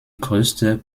größte